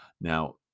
Now